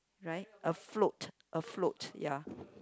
right a float a float ya